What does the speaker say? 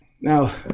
Now